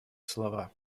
слова